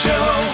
Show